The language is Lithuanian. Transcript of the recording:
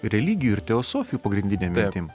religijų ir teosofijų pagrindine mintim